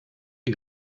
sie